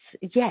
Yes